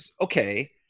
okay